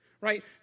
right